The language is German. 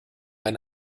ein